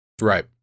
right